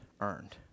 earned